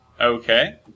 Okay